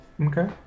Okay